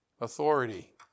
authority